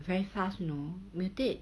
very fast you know mutate